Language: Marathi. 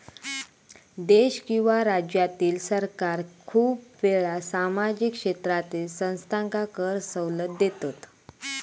देश किंवा राज्यातील सरकार खूप वेळा सामाजिक क्षेत्रातील संस्थांका कर सवलत देतत